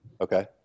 Okay